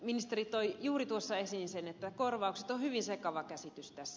ministeri toi juuri tuossa esiin sen että korvaukset ovat hyvin sekava käsitys tässä